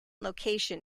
location